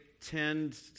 tend